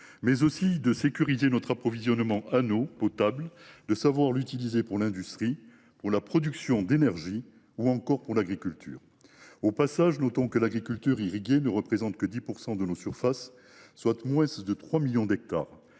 mais aussi de sécuriser notre approvisionnement en eau potable, de savoir l’utiliser pour l’industrie, pour la production d’énergie ou encore pour l’agriculture. Au passage, notons que l’agriculture irriguée ne représente que 10 % des surfaces agricoles, soit moins de 3 millions d’hectares.